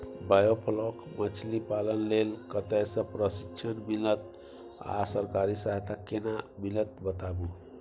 Biofloc मछलीपालन लेल कतय स प्रशिक्षण मिलत आ सरकारी सहायता केना मिलत बताबू?